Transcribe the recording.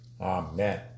Amen